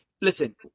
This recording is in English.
listen